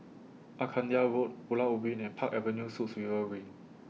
Arcadia Road Pulau Ubin and Park Avenue Suites River Wing